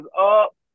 up